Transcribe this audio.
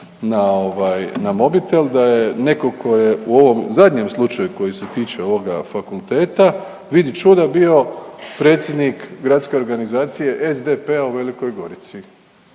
na mobitel da je netko tko je u ovom zadnjem slučaju koji se tiče ovoga fakulteta vidi čuda bio predsjednik Gradske organizacije SDP-a u Velikoj Gorici.